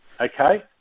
Okay